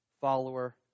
Follower